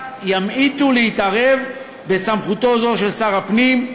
ימעיטו להתערב בסמכותו זו של שר הפנים,